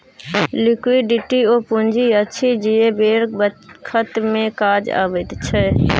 liquidity ओ पुंजी अछि जे बेर बखत मे काज अबैत छै